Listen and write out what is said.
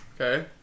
Okay